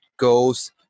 goes